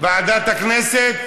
ועדת הכנסת?